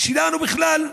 שלנו בכלל,